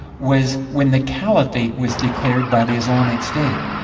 was when the caliphate was declared by the islamic state.